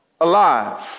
alive